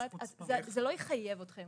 זה לא יחייב אתכם.